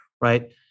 right